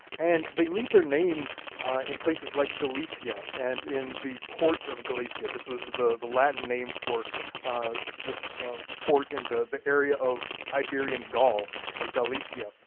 and they leave their names in places like galicia, and in the port of galicia, this was the the latin name for this port in the the area of iberian gaul or galicia.